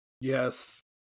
Yes